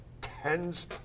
tens